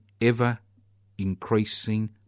ever-increasing